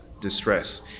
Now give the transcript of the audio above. distress